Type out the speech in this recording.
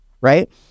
right